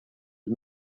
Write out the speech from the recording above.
had